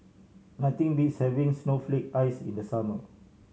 nothing beats having snowflake ice in the summer